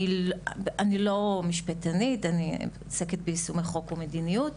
אני לא משפטנית, אני עוסקת ביישום החוק ומדיניות,